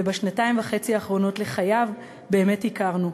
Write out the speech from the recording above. ובשנתיים וחצי האחרונות לחייו באמת הכרנו.